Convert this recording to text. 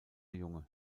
junge